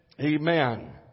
Amen